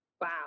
Wow